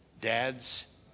Dads